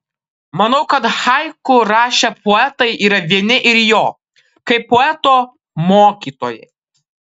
manau kad haiku rašę poetai yra vieni ir jo kaip poeto mokytojai